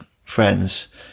friends